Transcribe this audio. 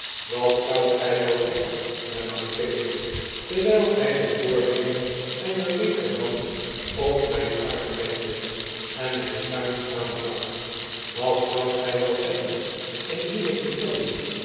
wat zoudt gij wel zeggen hernam pickwick terwijl hij den voorvinger zijner linkerhand op mijnen arm legde en mij schuins aanzag wat zoudt gij wel zeggenindien ik bekende